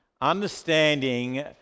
understanding